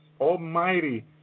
Almighty